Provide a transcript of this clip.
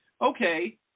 okay